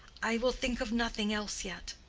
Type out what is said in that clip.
i will think of nothing else yet.